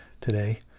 today